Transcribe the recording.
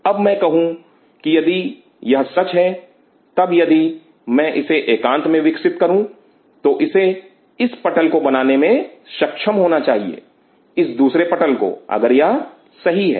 अब मैं कहूं की यदि यह सच है तब यदि मैं इसे एकांत में विकसित करूं तो इसे इस पटल को बनाने में सक्षम होना चाहिए इस दूसरे पटल को अगर यह सही है